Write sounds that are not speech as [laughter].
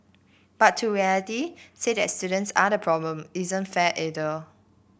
but to [unintelligible] say that students are the problem isn't fair either